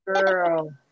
girl